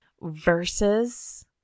versus